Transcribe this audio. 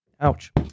Ouch